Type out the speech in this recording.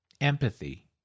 empathy